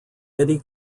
eddie